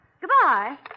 Goodbye